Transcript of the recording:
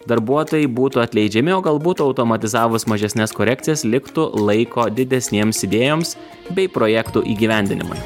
darbuotojai būtų atleidžiami o galbūt automatizavus mažesnes korekcijas liktų laiko didesnėms idėjoms bei projektų įgyvendinimui